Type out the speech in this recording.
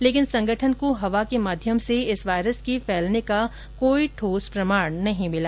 लेकिन संगठन को हवा के माध्यम से इस वायरस के फैलने का कोई ठोस प्रमाण नहीं मिला